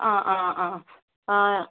ആ ആ ആ ആ